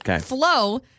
Flow